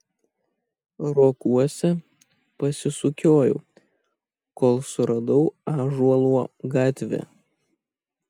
rokuose pasisukiojau kol suradau ąžuolo gatvę